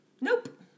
Nope